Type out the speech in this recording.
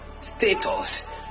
status